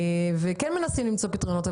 והם כן מנסים למצוא פתרונות.